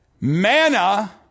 Manna